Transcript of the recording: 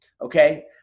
Okay